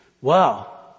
wow